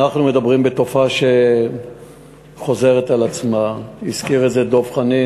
אנחנו מדברים על תופעה שחוזרת על עצמה הזכיר את זה דב חנין,